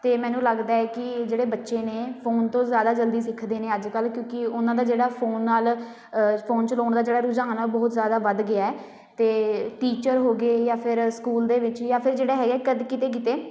ਅਤੇ ਮੈਨੂੰ ਲੱਗਦਾ ਹੈ ਕਿ ਜਿਹੜੇ ਬੱਚੇ ਨੇ ਫੋਨ ਤੋਂ ਜ਼ਿਆਦਾ ਜਲਦੀ ਸਿੱਖਦੇ ਨੇ ਅੱਜ ਕੱਲ੍ਹ ਕਿਉਂਕਿ ਉਹਨਾਂ ਦਾ ਜਿਹੜਾ ਫੋਨ ਨਾਲ ਫੋਨ ਚਲਾਉਣ ਦਾ ਜਿਹੜਾ ਰੁਝਾਨ ਆ ਉਹ ਬਹੁਤ ਜ਼ਿਆਦਾ ਵੱਧ ਗਿਆ ਅਤੇ ਟੀਚਰ ਹੋ ਗਏ ਜਾਂ ਫਿਰ ਸਕੂਲ ਦੇ ਵਿੱਚ ਜਾਂ ਫਿਰ ਜਿਹੜਾ ਹੈਗਾ ਕਦ ਕਿਤੇ ਕਿਤੇ